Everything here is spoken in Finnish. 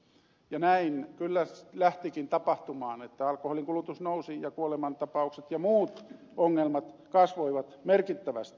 ja näin kyllä lähtikin tapahtumaan että alkoholin kulutus nousi ja kuolemantapaukset ja muut ongelmat kasvoivat merkittävästi